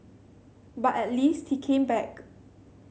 but at least he came back